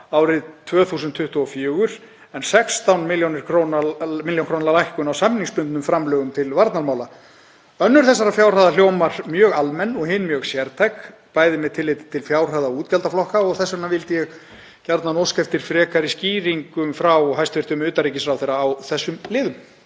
árið 2024 en 16 millj. kr. lækkun á samningsbundnum framlögum til varnarmála. Önnur þessara fjárhæða hljómar mjög almenn og hin mjög sértæk, bæði með tilliti til fjárhæða og útgjaldaflokka. Þess vegna vildi ég gjarnan óska eftir frekari skýringum frá hæstv. utanríkisráðherra á þessum liðum.